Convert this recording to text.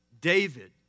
David